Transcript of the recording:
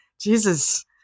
jesus